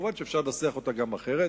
למרות שאפשר לנסח אותה אחרת.